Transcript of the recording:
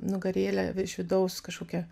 nugarėlę iš vidaus kažkokia